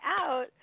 out